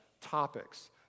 topics